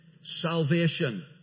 Salvation